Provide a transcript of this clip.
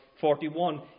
41